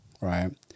right